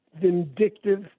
vindictive